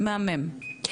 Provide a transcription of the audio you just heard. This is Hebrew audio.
מהמם.